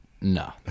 no